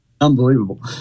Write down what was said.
Unbelievable